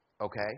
Okay